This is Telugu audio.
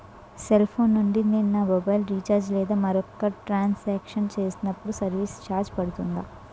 సెల్ ఫోన్ నుండి నేను నా మొబైల్ రీఛార్జ్ లేదా మరొక ట్రాన్ సాంక్షన్ చేసినప్పుడు సర్విస్ ఛార్జ్ పడుతుందా?